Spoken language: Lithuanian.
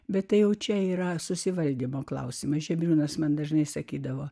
bet tai jau čia yra susivaldymo klausimas žebriūnas man dažnai sakydavo